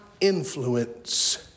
influence